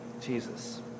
Jesus